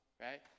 right